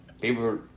people